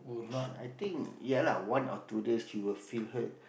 it's I think ya lah one or two days she will feel hurt